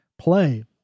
play